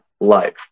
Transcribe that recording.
life